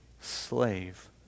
slave